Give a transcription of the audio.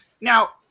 now